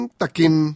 takin